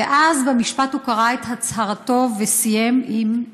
ואז במשפט הוא קרא את הצהרתו וסיים עם: